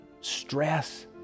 stress